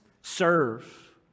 serve